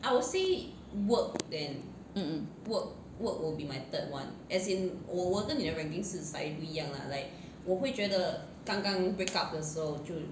mm mm